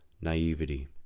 naivety